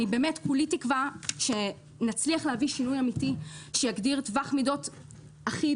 כולי תקווה שנצליח להביא שינוי אמיתי שיגדיר טווח מידות אחיד,